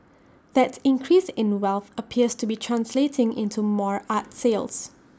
that increase in wealth appears to be translating into more art sales